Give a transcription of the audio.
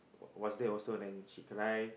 was was there also then she cry